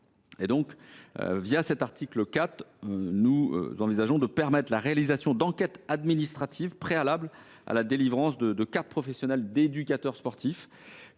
À l’article 4, nous envisageons de permettre la réalisation d’enquêtes administratives préalablement à la délivrance de la carte professionnelle d’éducateur sportif,